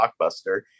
Blockbuster